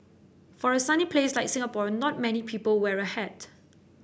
for a sunny place like Singapore not many people wear a hat